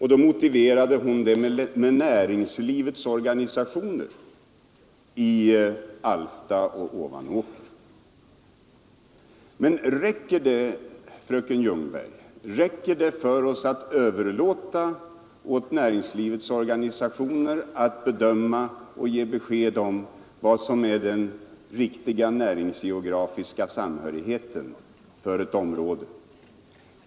Hon motiverade med näringslivets organisationer i Alfta och Ovanåker. Men räcker det för oss att åt näringslivets organisationer överlåta att bedöma och ge besked om vad som är den riktiga näringsgeografiska samhörigheten för ett område, fröken Ljungberg?